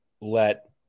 let